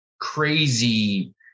crazy